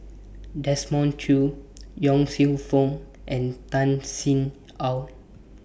Desmond Choo Yong Lew Foong and Tan Sin Aun